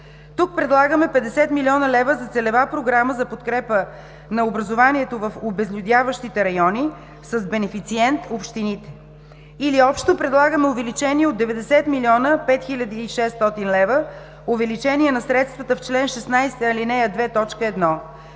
Тук предлагаме 50 млн. лв. за целева програма за подкрепа на образованието в обезлюдяващите райони с бенефициент общините или общо предлагаме увеличение от 90 млн. 5 хил. 600 лв., увеличение на средствата в чл. 16, ал. 2,